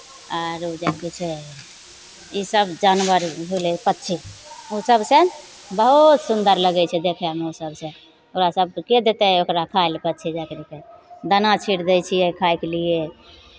आरो जाहिके छै ईसभ जानवर होलै पक्षी ओ सभसँ बहुत सुन्दर लगै छै देखयमे ओ सभसँ ओकरा सभकेँ के देतै ओकरा खाय लेल पक्षी जाए करि कऽ दाना आर छीट दै छियै खाइके लिए